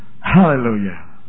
Hallelujah